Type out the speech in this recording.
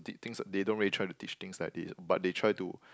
did things they don't really try to teach things like this but they try to